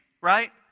right